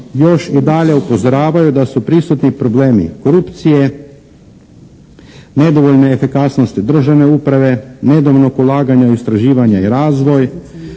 još i dalje upozoravaju da su prisutni problemi korupcije, nedovoljna efikasnosti državne uprave, nedovoljnog ulaganja u istraživanja i razvoj,